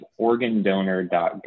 organdonor.gov